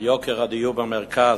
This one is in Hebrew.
על יוקר הדיור במרכז,